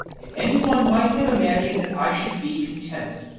and anyone might have imagined that i should be content.